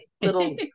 little